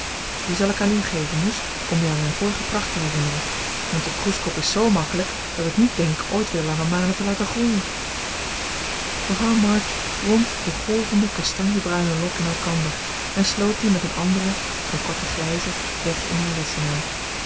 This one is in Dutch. die zal ik aan u geven moes om u aan mijn vorige pracht te herinneren want een kroeskop is zoo makkelijk dat ik niet denk ooit weer lange manen te laten groeien mevrouw march wond de golvende kastanjebruine lok in elkander en sloot die met een andere een korte grijze weg in haar lessenaar